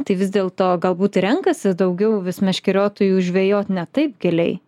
tai vis dėlto galbūt renkasi daugiau vis meškeriotojų žvejot ne taip giliai